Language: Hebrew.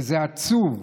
וזה עצוב.